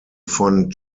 von